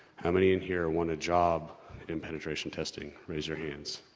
how many in here want a job in penetration testing? raise your hands.